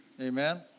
Amen